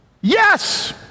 Yes